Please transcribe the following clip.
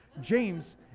James